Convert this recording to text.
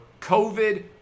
COVID